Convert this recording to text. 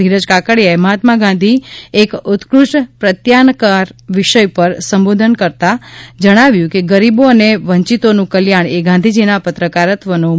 ધીરજ કાકડિયાએ મહાત્મા ગાંધી એક ઉત્કૃષ્ઠ પ્રત્યાયનકાર વિષય પર સંબોધન કરતાં કર્તા જણાવ્યું કે ગરીબો અને વંચિતોનું કલ્યાણ એ ગાંધીજીના પત્રકારત્વનો મૂળ મંત્ર હતો